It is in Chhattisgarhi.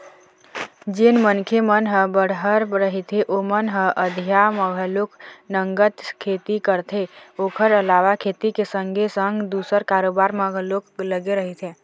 जेन मनखे मन ह बड़हर रहिथे ओमन ह अधिया म घलोक नंगत खेती करथे ओखर अलावा खेती के संगे संग दूसर कारोबार म घलोक लगे रहिथे